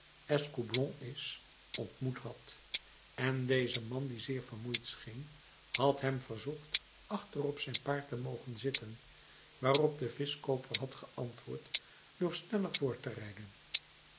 is ontmoet had en deze man die zeer vermoeid scheen had hem verzocht achter op zijn paard te mogen zitten waarop de vischkooper had geantwoord door sneller voort te rijden